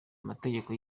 amategeko